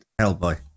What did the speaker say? Hellboy